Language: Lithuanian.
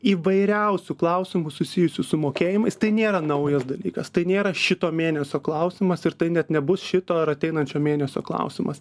įvairiausių klausimų susijusių su mokėjimais tai nėra naujas dalykas tai nėra šito mėnesio klausimas ir tai net nebus šito ar ateinančio mėnesio klausimas